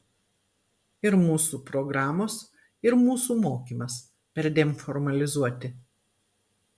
ir mūsų programos ir mūsų mokymas perdėm formalizuoti